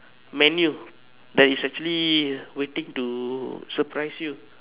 menu that is actually waiting to surprise you